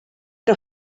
que